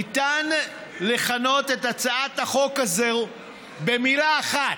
ניתן לכנות את הצעת החוק הזאת במילה אחת: